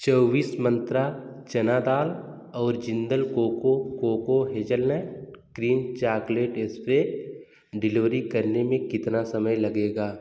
चौबीस मंत्रा चना दाल और Jindal cocoa cocoa hazelnut cream chocolate express delivery करने में कितना समय लगेगा